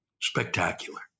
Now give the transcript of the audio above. spectacular